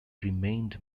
remained